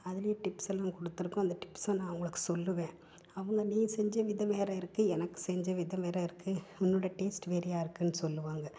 அதுலேயே டிப்ஸ் எல்லாம் கொடுத்துருக்கும் அந்த டிப்ஸை நான் அவங்களுக்கு சொல்வேன் அவங்க நீ செஞ்ச விதம் வேற இருக்குது எனக்கு செஞ்ச விதம் வேற இருக்குது உன்னோட டேஸ்ட் வேற இருக்குதுனு சொல்வாங்க